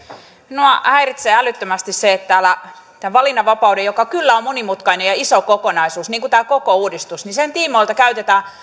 minua häiritsee älyttömästi se että täällä valinnanvapauden joka kyllä on monimutkainen ja iso kokonaisuus niin kuin tämä koko uudistus tiimoilta käytetään